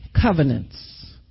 covenants